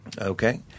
Okay